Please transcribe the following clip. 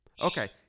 Okay